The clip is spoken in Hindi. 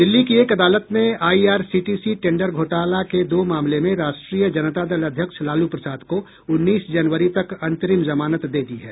दिल्ली की एक अदालत ने आईआरसीटीसी टेंडर घोटाला के दो मामले में राष्ट्रीय जनता दल अध्यक्ष लालू प्रसाद को उन्नीस जनवरी तक अंतरिम जमानत दे दी है